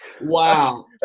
Wow